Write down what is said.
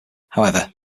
however